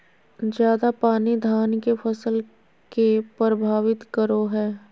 ज्यादा पानी धान के फसल के परभावित करो है?